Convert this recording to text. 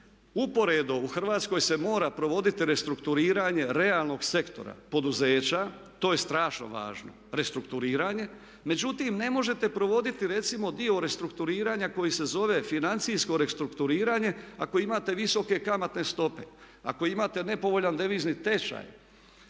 usporedno u Hrvatskoj se mora provoditi restrukturiranje realnog sektora, poduzeća. To je strašno važno, restrukturiranje. Međutim, ne možete provoditi recimo dio restrukturiranja koji se zove financijsko restrukturiranje ako imate visoke kamatne stope, ako imate nepovoljan devizni tečaj.